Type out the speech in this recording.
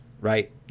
right